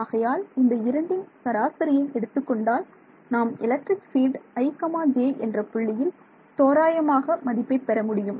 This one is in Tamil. ஆகையால் இந்த இரண்டின் சராசரியை எடுத்துக்கொண்டால் நாம் எலக்ட்ரிக் பீல்ட் i j என்ற புள்ளியில் தோராயமாக மதிப்பை பெற முடியும்